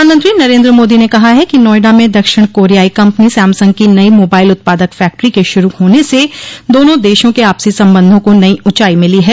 प्रधानमंत्री नरेन्द्र मोदी ने कहा है कि नोएडा में दक्षिण कोरियाई कम्पनी सैमसंग की नयी मोबाइल उत्पादक फैक्ट्री के शुरू होने से दोनों देशों के आपसी संबंधों को नई ऊँचाई मिली है